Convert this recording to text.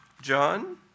John